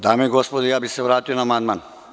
Dame i gospodo, ja bih se vratio na amandman.